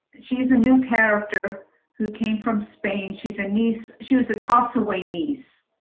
she's a new character who came from spain. she's a nice she was a toss away. nice.